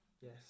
yes